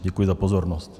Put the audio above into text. Děkuji za pozornost.